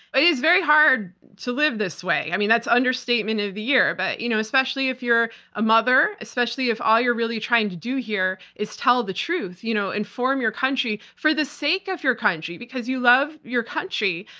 it is very hard to live this way. i mean, that's the understatement of the year. but you know especially if you're a mother, especially if all you're really trying to do here is tell the truth, you know, inform your country for the sake of your country because you love your country,